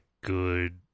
good